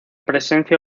presencia